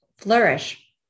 flourish